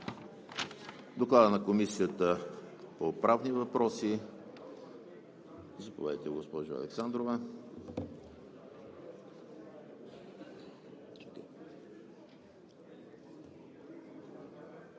Доклад на Комисията по правни въпроси. Заповядайте, госпожо Александрова.